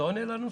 זה עונה לנוסח.